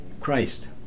Christ